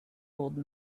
old